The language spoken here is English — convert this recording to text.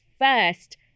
first